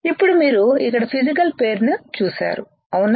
ఇప్పుడు మీరు ఇక్కడ ఫిసికల్ పేరును చూసారు అవునా